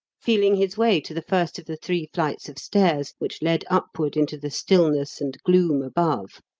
feeling his way to the first of the three flights of stairs which led upward into the stillness and gloom above,